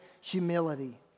humility